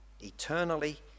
eternally